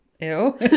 Ew